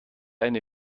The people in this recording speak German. eine